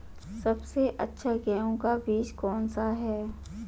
सबसे अच्छा गेहूँ का बीज कौन सा है?